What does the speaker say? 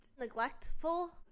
neglectful